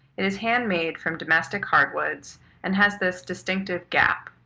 it is handmade from domestic hardwoods and has this distinctive gap.